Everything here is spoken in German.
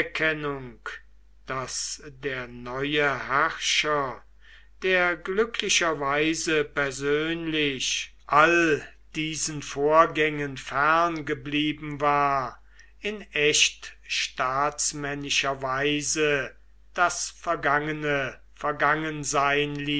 daß der neue herrscher der glücklicherweise persönlich all diesen vorgängen fern geblieben war in echt staatsmännischer weise das vergangene